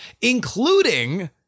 including